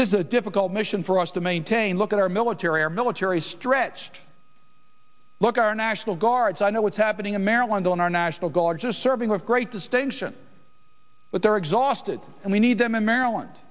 this is a difficult mission for us to maintain look at our military our military stretched look our national guards i know what's happening in maryland and our national guards are serving with great distinction but they're exhausted and we need them in maryland